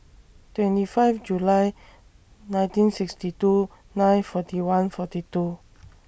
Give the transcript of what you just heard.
twenty five July nineteen sixty two nine forty one forty two